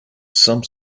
some